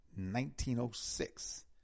1906